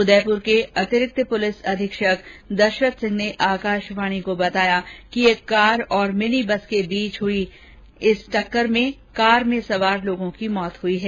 उदयपूर के अतिरिक्त पूलिस अधीक्षक दशरथ सिंह ने आकाशवाणी को बताया कि कार और एक मिनी बस के बीच हुई इस टक्कर में कार में सवार लोगों की मृत्यु हुई है